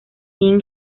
sean